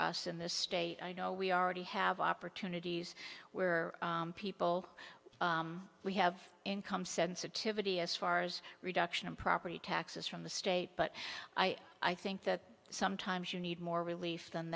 us in the state i know we already have opportunities where people we have income sensitivity as far as reduction of property taxes from the state but i i think that sometimes you need more rel